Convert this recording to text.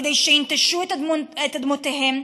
כדי שייטשו את אדמותיהם,